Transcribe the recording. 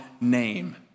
name